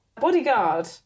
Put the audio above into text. Bodyguard